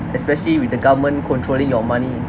especially with the government controlling your money